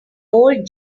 old